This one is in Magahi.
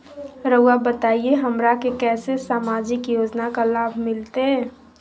रहुआ बताइए हमरा के कैसे सामाजिक योजना का लाभ मिलते?